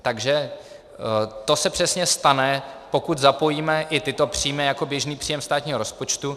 Takže to se přesně stane, pokud zapojíme i tyto příjmy jako běžný příjem státního rozpočtu.